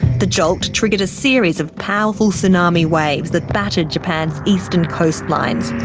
the jolt triggered a series of powerful tsunami waves that battered japan's eastern coastlines.